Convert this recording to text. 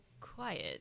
quiet